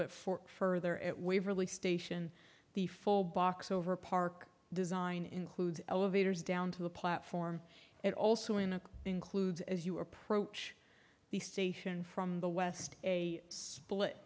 bit for further at waverley station the full box over park design includes elevators down to the platform and also in a includes as you approach the station from the west a split